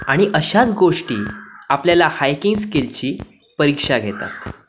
आणि अशाच गोष्टी आपल्याला हायकिंग स्किलची परीक्षा घेतात